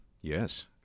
Yes